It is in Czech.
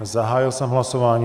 Zahájil jsem hlasování.